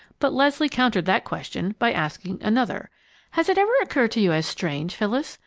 but leslie countered that question by asking another has it ever occurred to you as strange, phyllis,